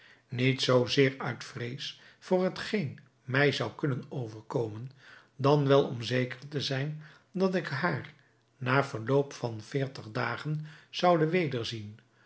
niet zoo zeer uit vrees voor hetgeen mij zou kunnen overkomen dan wel om zeker te zijn dat ik haar na verloop van veertig dagen zoude wederzien